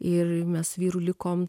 ir mes su vyru likom